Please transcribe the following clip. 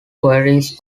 queries